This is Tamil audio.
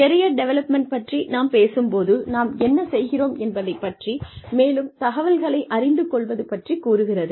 கெரியர் டெவலப்மென்ட் பற்றி நாம் பேசும்போது நாம் என்ன செய்கிறோம் என்பதைப் பற்றி மேலும் தகவல்களை அறிந்து கொள்வது பற்றி கூறுகிறது